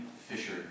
fisher